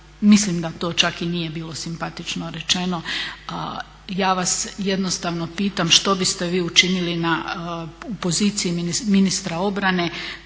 mislim da to čak i nije bilo simpatično rečeno, a ja vas jednostavno pitam što biste vi učinili na poziciji ministra obrane